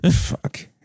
fuck